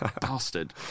Bastard